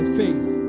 faith